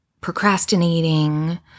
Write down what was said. procrastinating